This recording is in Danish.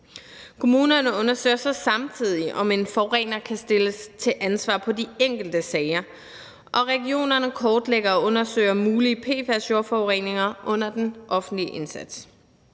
Kommunerne undersøger samtidig, om en forurener kan stilles til ansvar i de enkelte sager, og regionerne kortlægger og undersøger mulige PFAS-jordforureninger under den offentlige indsats.